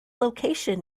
location